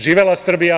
Živela Srbija.